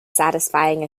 satisfying